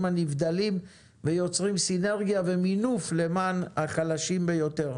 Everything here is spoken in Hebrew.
הנבדלים ויוצרים סינרגיה ומינוף למען החלשים ביותר.